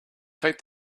take